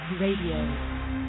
Radio